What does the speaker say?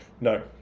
No